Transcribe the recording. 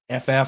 ff